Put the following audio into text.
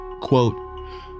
quote